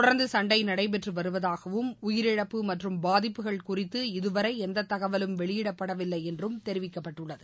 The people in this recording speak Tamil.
தொடர்ந்து சண்டை நடைபெற்றுவருவதாகவும் உயிரிழப்பு மற்றும் பாதிப்புகள் குறித்து இதுவரை எந்த தகவலும் வெளியிடப்படவில்லை என்றும் தெரிவிக்கப்பட்டுள்ளது